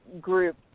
group